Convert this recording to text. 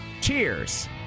Cheers